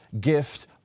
gift